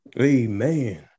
Amen